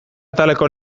ataleko